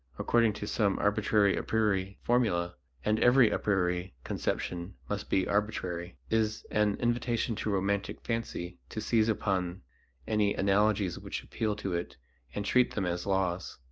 according to some arbitrary a priori formula and every a priori conception must be arbitrary is an invitation to romantic fancy to seize upon any analogies which appeal to it and treat them as laws.